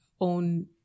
own